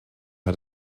had